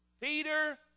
Peter